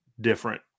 different